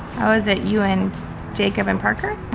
oh, is it you, and jacob, and parker?